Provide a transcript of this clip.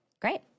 Great